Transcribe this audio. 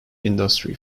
industry